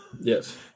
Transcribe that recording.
Yes